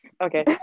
Okay